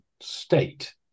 state